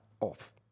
Off